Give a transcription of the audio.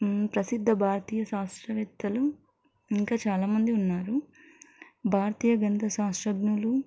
ప్రసిద్ధ భారతీయ శాస్త్రవేత్తలు ఇంకా చాలామంది ఉన్నారు భారతీయ గణిత శాస్త్రజ్ఞులు